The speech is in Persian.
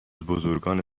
بزرگان